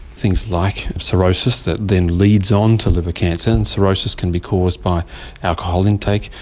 things like cirrhosis that then leads on to liver cancer, and cirrhosis can be caused by alcohol intake.